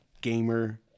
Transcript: Gamer